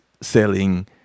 selling